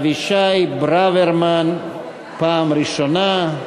אבישי ברוורמן, פעם ראשונה.